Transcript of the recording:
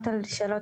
כן,